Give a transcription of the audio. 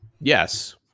Yes